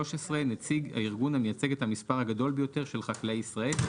נציג הארגון המייצג את המספר הגדול ביותר של חקלאי ישראל,